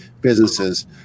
businesses